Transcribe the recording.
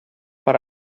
per